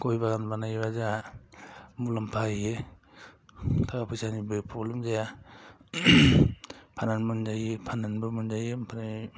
गय बागान बानायोब्ला जोंहा मुलाम्फा होयो थाखा फैसानिबो प्रब्लेम जाया फाननानैबो मोनजायो ओमफ्राय